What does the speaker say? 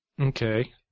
Okay